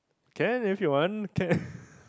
can if you want can